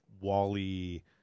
Wally